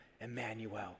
Emmanuel